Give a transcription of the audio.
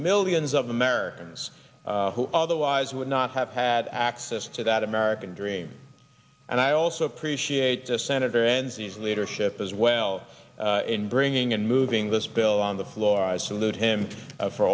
millions of americans who otherwise would not have had access to that american dream and i also appreciate the senator enzi leadership as well in bringing and moving this bill on the floor i salute him for